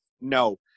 no